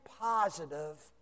positive